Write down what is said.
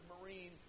marine